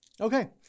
Okay